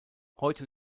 heute